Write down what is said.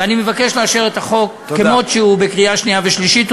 ואני מבקש לאשר את החוק כמות שהוא בקריאה שנייה ושלישית.